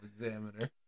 examiner